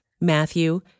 Matthew